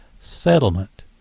settlement